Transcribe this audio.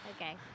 Okay